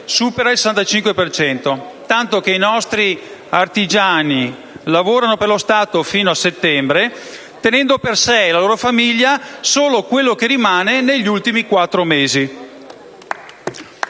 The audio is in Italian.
per cento, tanto che i nostri artigiani lavorano per lo Stato fino a settembre, tenendo per sé e la loro famiglia solo quello che rimane negli ultimi quattro mesi.